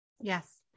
Yes